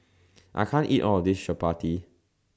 I can't eat All of This Chappati